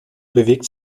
bewegt